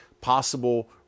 possible